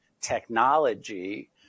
technology